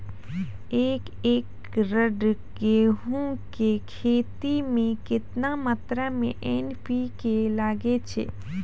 एक एकरऽ गेहूँ के खेती मे केतना मात्रा मे एन.पी.के लगे छै?